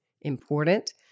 important